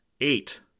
eight